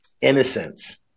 innocence